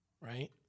right